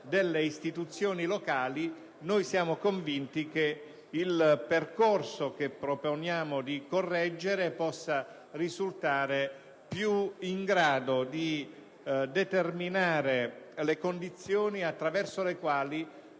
delle istituzioni locali, noi siamo convinti che il percorso che proponiamo possa risultare più in grado di determinare le condizioni attraverso le quali